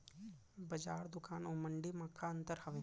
बजार, दुकान अऊ मंडी मा का अंतर हावे?